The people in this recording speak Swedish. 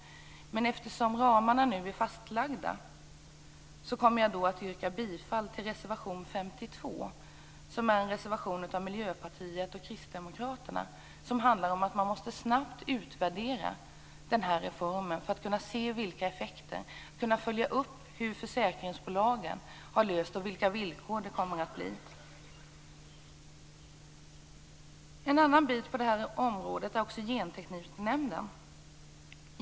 Men eftersom ramarna nu är fastlagda yrkar jag bifall till reservation 52, som är en reservation från Miljöpartiet och Kristdemokraterna. Den handlar om att man snabbt måste utvärdera reformen för att kunna se effekterna av den och följa upp hur försäkringsbolagen har löst det hela samt vilka villkor det kommer att bli. En annan del på det här området är Gentekniknämnden.